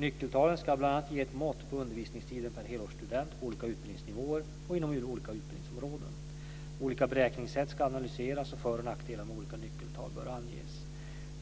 Nyckeltalen ska bl.a. ge ett mått på undervisningstiden per helårsstudent på olika utbildningsnivåer och inom olika utbildningsområden. Olika beräkningssätt ska analyseras, och för och nackdelar med olika nyckeltal bör anges.